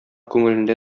күңелендә